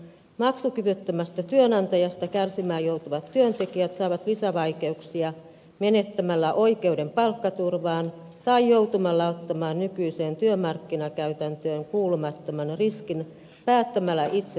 maksukyvyttömästä työnantajasta kärsimään joutuvat työntekijät saavat lisävaikeuksia menettämällä oikeuden palkkaturvaan tai joutumalla ottamaan nykyiseen työmarkkinakäytäntöön kuulumattoman riskin päättämällä itse työsuhteensa